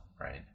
Right